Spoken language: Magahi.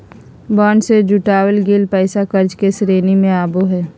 बॉन्ड से जुटाल गेल पैसा कर्ज के श्रेणी में आवो हइ